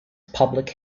public